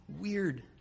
weird